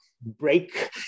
break